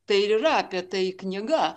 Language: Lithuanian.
tai ir yra apie tai knyga